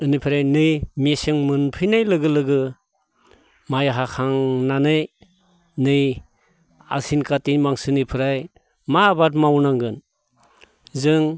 बेनिफ्राय नै मेसें मोनफैनाय लोगो लोगो माइ हाखांनानै नै आसिन खाथिक मासनिफ्राय मा आबाद मावनांगोन जों